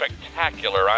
spectacular